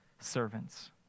servants